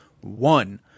one